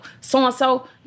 So-and-so